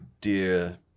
dear